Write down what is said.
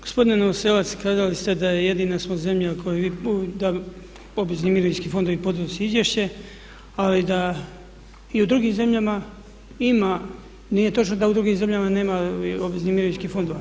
Gospodine Novoselec kazali ste da jedina smo zemlja u kojoj obvezni mirovinski fondovi podnose izvješće ali da i u drugim zemljama ima, nije točno da u drugim zemljama nema obveznih mirovinskih fondova.